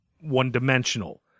one-dimensional